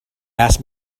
asked